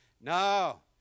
No